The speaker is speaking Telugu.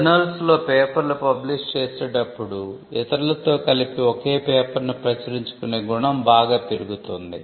జర్నల్స్ లో పేపర్ లు పబ్లిష్ చేసేటప్పుడు ఇతరులతో కలిపి ఒకే పేపర్ ను ప్రచురించుకునే గుణం బాగా పెరుగుతుంది